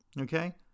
okay